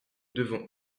devons